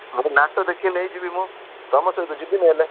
ଦେଖିକି ନେଇଯିବି ମଁ ତମ ସହିତ ଯିବିନି ହେଲେ